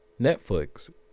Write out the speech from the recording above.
netflix